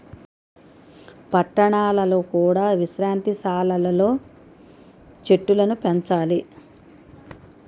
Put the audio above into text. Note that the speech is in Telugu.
పట్టణాలలో కూడా విశ్రాంతి సాలలు లో చెట్టులను పెంచాలి